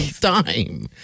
time